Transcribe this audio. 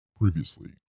Previously